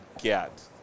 get